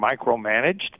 micromanaged